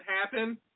happen